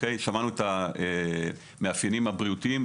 שמענו את המאפיינים הבריאותיים,